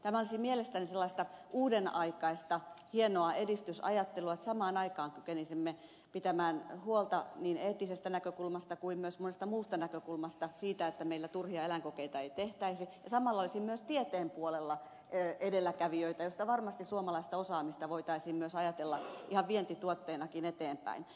tämä olisi mielestäni sellaista uudenaikaista hienoa edistysajattelua että samaan aikaan niin eettisestä näkökulmasta kuin myös monesta muusta näkökulmasta kykenisimme pitämään huolta siitä että meillä turhia eläinkokeita ei tehtäisi ja samalla olisi myös tieteen puolella edelläkävijöitä joiden suomalaista osaamista varmasti voitaisiin myös ajatella ihan vientituotteenakin eteenpäin